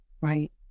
Right